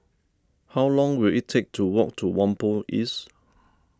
how long will it take to walk to Whampoa East